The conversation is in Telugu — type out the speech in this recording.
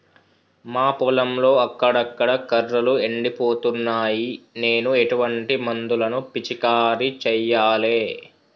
మా పొలంలో అక్కడక్కడ కర్రలు ఎండిపోతున్నాయి నేను ఎటువంటి మందులను పిచికారీ చెయ్యాలే?